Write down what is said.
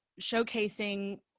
showcasing